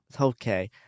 Okay